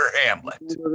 Hamlet